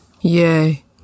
Yay